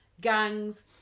gangs